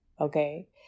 Okay